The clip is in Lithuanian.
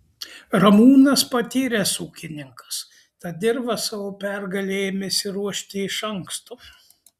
ramūnas patyręs ūkininkas tad dirvą savo pergalei ėmėsi ruošti iš anksto